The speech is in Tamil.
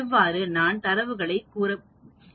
இவ்வாறு தான் தரவுகளை பெறமுடியும்